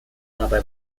dabei